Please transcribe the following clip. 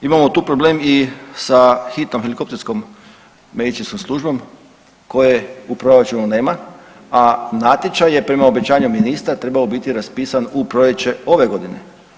Imamo tu problem i sa Hitnom helikopterskom medicinskom službom koje u proračunu nema, a natječaj je prema obećanju ministra trebao biti raspisan u proljeće ove godine.